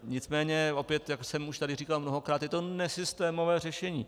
Nicméně opět, jak jsem už tady říkal mnohokrát, je to nesystémové řešení.